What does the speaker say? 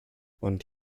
und